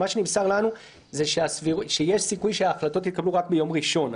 מה שנמסר לנו הוא שיש סיכוי שהחלטות יתקבלו רק ביום ראשון.